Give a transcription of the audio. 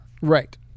Right